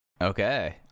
Okay